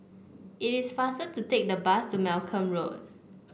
it is faster to take the bus to Malcolm Road